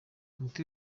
umuti